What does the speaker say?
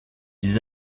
ils